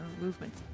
movement